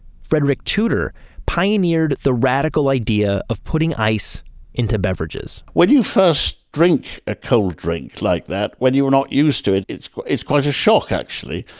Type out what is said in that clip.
frederick tudor pioneered the radical idea of putting ice into beverages when you first drink a cold drink like that when you are not used to it, it's quite it's quite a shock actually.